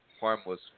harmless